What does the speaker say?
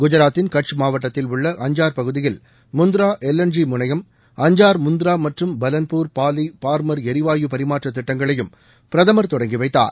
குஐராத்தின் கட்ச் மாவட்டத்தில் உள்ள அஞ்சார் பகுதியில் முந்ரா எல் என் ஜி முனையம் அஞ்சார் முந்ரா மற்றும் பலன்பூர் பாலி பார்மர் எரிவாயு பரிமாற்ற திட்டங்களையும் பிரதமர் தொடங்கி வைத்தார்